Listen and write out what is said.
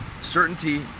Certainty